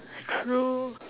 true